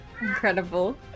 Incredible